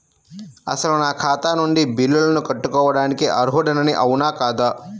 అసలు నా ఖాతా నుండి బిల్లులను కట్టుకోవటానికి అర్హుడని అవునా కాదా?